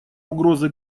угрозы